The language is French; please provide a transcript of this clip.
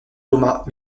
thomas